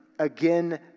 Again